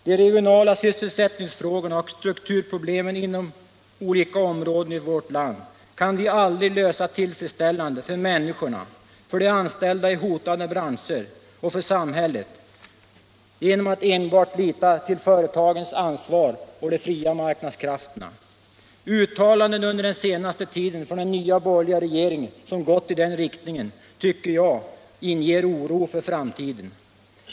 De regionala sysselsättningsfrågorna och strukturproblemen inom olika områden i vårt land kan vi aldrig lösa tillfredsställande för människorna, för de anställda i hotade branscher och för samhället genom att enbart lita till företagens ansvar och de fria marknadskrafterna. Uttalanden under den senaste tiden från den nya borgerliga regeringen som gått i den riktningen tycker jag inger oro för framtiden.